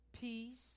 peace